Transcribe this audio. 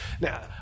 Now